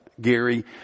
Gary